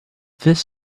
this